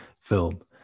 film